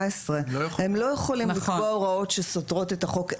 הם לא יכולים לקבוע הוראות שסותרות את החוק,